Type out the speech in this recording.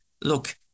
look